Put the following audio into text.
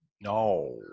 no